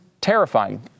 terrifying